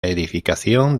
edificación